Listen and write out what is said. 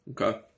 Okay